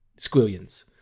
Squillions